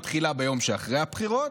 מתחילה ביום שאחרי הבחירות,